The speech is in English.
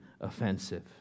offensive